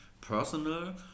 personal